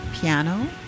piano